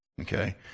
okay